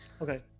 Okay